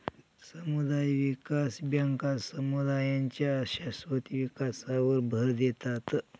समुदाय विकास बँका समुदायांच्या शाश्वत विकासावर भर देतात